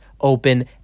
open